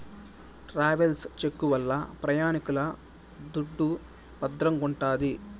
travels cheque వల్ల ప్రయాణికుల దుడ్డు భద్రంగుంటాది